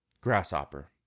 grasshopper